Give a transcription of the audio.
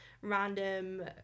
random